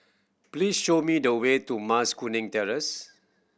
please show me the way to Mas Kuning Terrace